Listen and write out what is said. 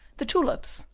the tulips,